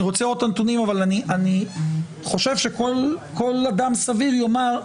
אני רוצה לראות את הנתונים כל אדם סביר יאמר,